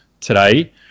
today